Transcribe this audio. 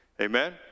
Amen